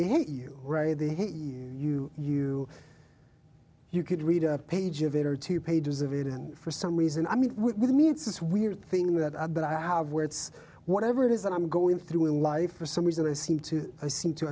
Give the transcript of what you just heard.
hate you ready they hate you you you could read a page of it or two pages of it and for some reason i mean with me it's this weird thing that i but i have where it's whatever it is that i'm going through in life for some reason i seem to seem to